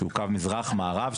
שהוא קו מזרח מערב,